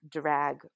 Drag